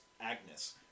Agnes